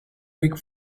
big